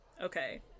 Okay